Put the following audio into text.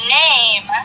name